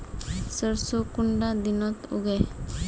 सरसों कुंडा दिनोत उगैहे?